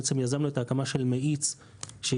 בעצם יזמנו את ההקמה של מאיץ שיסייע